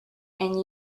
and